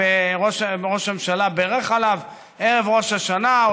בממשלה, וראש הממשלה בירך עליו ערב ראש השנה.